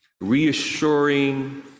reassuring